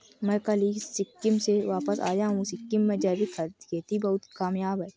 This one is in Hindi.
मैं कल ही सिक्किम से वापस आया हूं सिक्किम में जैविक खेती बहुत कामयाब है